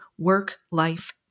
work-life